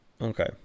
Okay